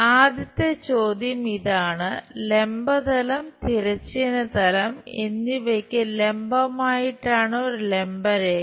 ആദ്യത്തെ ചോദ്യം ഇതാണ് ലംബ തലം തിരശ്ചീന തലം എന്നിവയ്ക്ക് ലംബമായിട്ടാണ് ഒരു ലംബ രേഖ